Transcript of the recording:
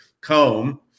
comb